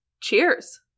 Cheers